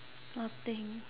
nothing